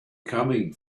coming